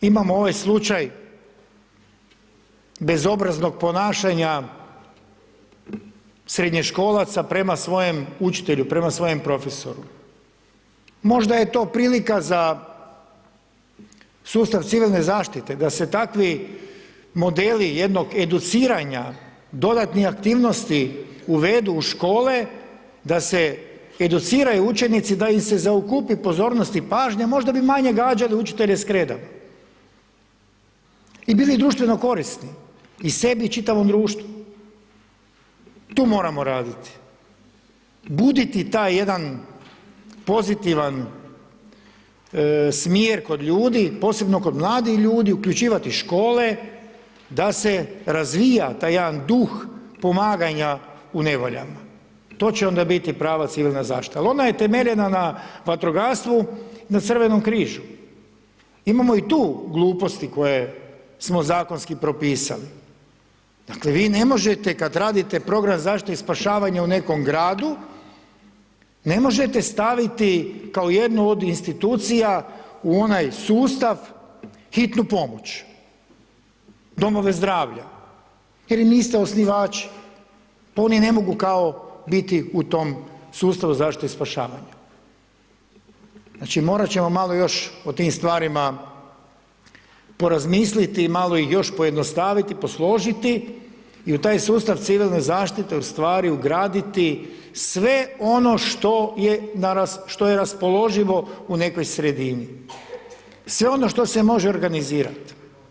Ovih dana imamo ovaj slučaj bezobraznog ponašanja srednjoškolaca prema svojem učitelju, prema svojem profesoru, možda je to prilika za sustav civilne zaštite, da se takvi modeli jednog educiranja dodatni aktivnosti uvedu u škole, da se educiraju učenici, da im se zaokupi pozornost i pažnja, možda bi manje gađali učitelje s kredama i bili društveno korisni i sebi i čitavom društvu, tu moramo raditi, buditi taj jedan pozitivan smjer kod ljudi, posebno kod mladih ljudi, uključivati škole da se razvija taj jedan duh pomaganja u nevoljama, to će onda biti prava civilna zaštita, al ona je temeljena na vatrogastvu i Crvenom križu. imamo i tu gluposti koje smo zakonski propisali, dakle vi ne možete kad radite program zaštite i spašavanja u nekom gradu, ne možete staviti kao jednu od institucija u onaj sustav hitnu pomoć, domove zdravlja, jer im niste osnivači, oni ne mogu kao biti u tom sustavu zaštite i spašavanja, znači morat ćemo malo još o tim stvarima porazmisliti, malo ih još pojednostaviti, posložiti i u taj sustav civilne zaštite ugraditi sve ono što je raspoloživo u nekoj sredini, sve ono što se može organizirat.